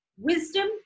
Wisdom